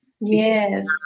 Yes